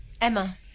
Emma